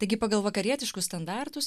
taigi pagal vakarietiškus standartus